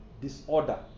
Disorder